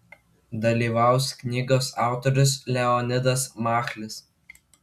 dalyvaus knygos autorius leonidas machlis